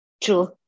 true